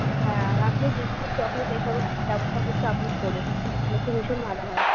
হ্যাঁ আর আপনি বিস্কুট চকলেট এই সবের ব্যবস্থা কিন্তু আপনিই করুন তাহলে একটু ভীষণ ভালো হয়